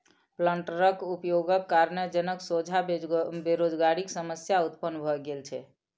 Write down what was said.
प्लांटरक उपयोगक कारणेँ जनक सोझा बेरोजगारीक समस्या उत्पन्न भ गेल छै